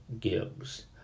Gibbs